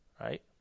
right